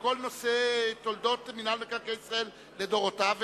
על כל נושא תולדות מינהל מקרקעי ישראל לדורותיו,